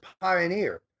pioneer